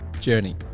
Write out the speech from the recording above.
journey